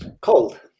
cold